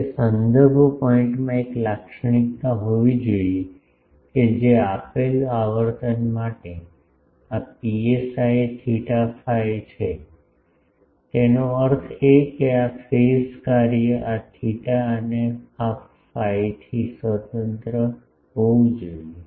તે સંદર્ભ પોઇન્ટમાં એક લાક્ષણિકતા હોવી જોઈએ કે જે આપેલ આવર્તન માટે આ પીએસઆઈ થિટા ફાઈ છે તેનો અર્થ એ કે આ ફેઝ કાર્ય આ થેટા અને ફાઈથી સ્વતંત્ર હોવું જોઈએ